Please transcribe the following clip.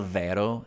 vero